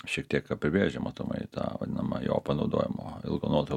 šiek tiek apibrėžia matomai tą vadinamą jo panaudojimo ilgo nuotolio